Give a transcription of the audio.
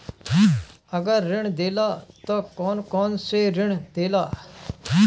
अगर ऋण देला त कौन कौन से ऋण देला?